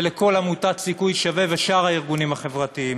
ולכל עמותת "סיכוי שווה" ושאר הארגונים החברתיים.